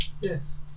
Yes